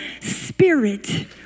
spirit